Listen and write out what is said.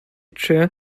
chair